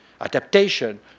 Adaptation